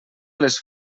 les